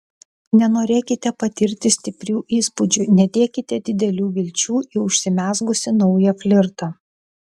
nenorėkite patirti stiprių įspūdžių nedėkite didelių vilčių į užsimezgusį naują flirtą